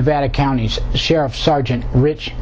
vatican county sheriff sergeant rich